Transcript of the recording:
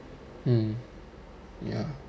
mm ya